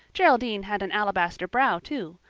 geraldine had an alabaster brow too.